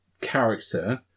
character